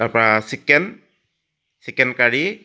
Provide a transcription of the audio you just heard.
তাপা chicken chicken কাৰী